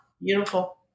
beautiful